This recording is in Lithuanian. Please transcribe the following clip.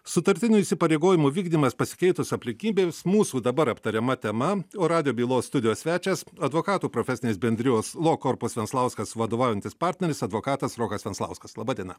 sutartinių įsipareigojimų vykdymas pasikeitus aplinkybėms mūsų dabar aptariama tema o radijo bylos studijos svečias advokatų profesinės bendrijos lo korpos venslauskas vadovaujantis partneris advokatas rokas venslauskas laba diena